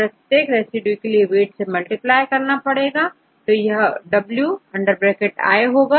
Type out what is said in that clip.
प्रत्येक रेसिड्यू के लिए वेट से मल्टीप्लाई करना पड़ेगा तो यहw होगा